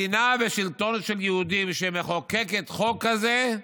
מדינה בשלטון של יהודים שמחוקקת חוק כזה,